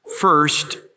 first